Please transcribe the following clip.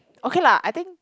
okay lah I think